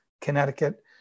Connecticut